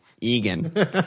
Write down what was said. Egan